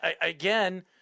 again